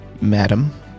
madam